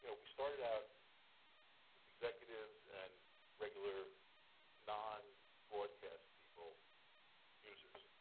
you know we started out with executives and regular non broadcast people users.